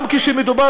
גם כשמדובר